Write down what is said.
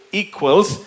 equals